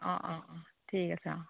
অঁ অঁ ঠিক আছে অঁ